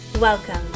Welcome